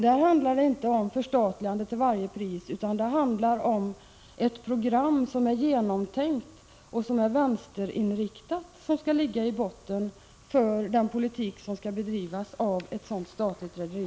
Då handlar det inte om förstatligande till varje pris, utan det handlar om att ett program som är genomtänkt och vänsterinriktat skall ligga i botten för den politik som skall bedrivas av ett statligt rederi.